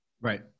right